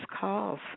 calls